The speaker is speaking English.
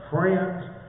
friends